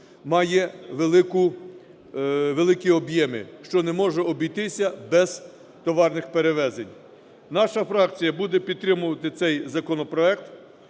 великі об'єми, що не може обійтися без товарних перевезень. Наша фракція буде підтримувати цей законопроект